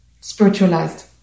spiritualized